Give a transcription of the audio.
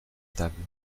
table